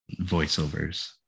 voiceovers